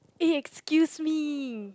eh excuse me